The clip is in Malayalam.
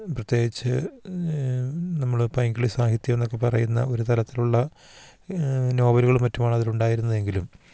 പ്രത്യേകിച്ച് നമ്മൾ പൈങ്കിളി സാഹിത്യം എന്നൊക്കെ പറയുന്ന ഒരു തരത്തിലുള്ള നോവലുകൾ മറ്റുമാണ് അതിലുണ്ടായിരുന്നതെങ്കിലും